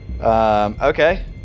okay